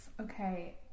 Okay